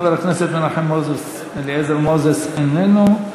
חבר הכנסת מנחם אליעזר מוזס, איננו.